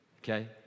Okay